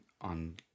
on